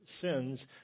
sins